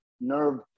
nerve